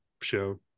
show